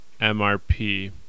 MRP